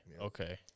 Okay